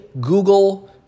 Google